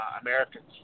Americans